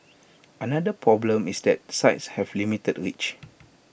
another problem is that the sites have limited reach